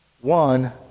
One